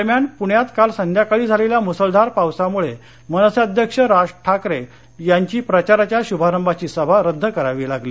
दरम्यान पुण्यात काल संध्याकाळी झालेल्या मुसळधार पावसामुळे मनसे अध्यक्ष राज ठाकरे यांची प्रचाराच्या शुभारंभाची सभा रद्द करावी लागली